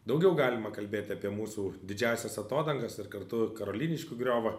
daugiau galima kalbėti apie mūsų didžiąsias atodangas ir kartu karoliniškių griovą